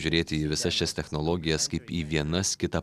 žiūrėti į visas šias technologijas kaip į vienas kitą